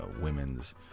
women's